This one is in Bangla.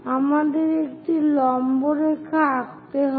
আমাদের একটি লম্ব রেখা আঁকতে হবে